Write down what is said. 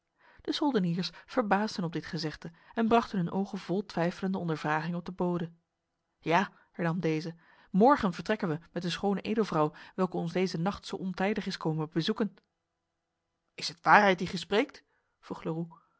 de soldeniers verbaasden op dit gezegde en brachten hun ogen vol twijfelende ondervraging op de bode ja hernam deze morgen vertrekken wij met de schone edelvrouw welke ons deze nacht zo ontijdig is komen bezoeken is het waarheid die gij spreekt